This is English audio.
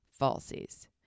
falsies